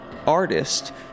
artist